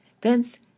thence